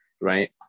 right